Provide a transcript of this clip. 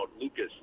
Lucas